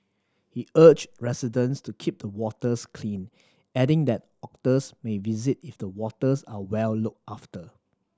he urged residents to keep the waters clean adding that otters may visit if the waters are well looked after